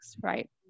right